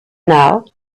now